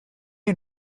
and